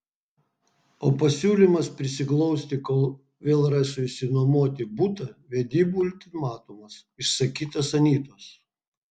o pasiūlymas prisiglausti kol vėl rasiu išsinuomoti butą vedybų ultimatumas išsakytas anytos